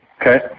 Okay